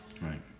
right